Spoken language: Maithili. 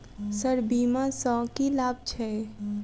सर बीमा सँ की लाभ छैय?